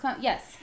yes